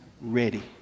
ready